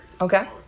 Okay